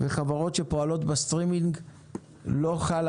ואילו חברות שפועלות בסטרימינג לא חלה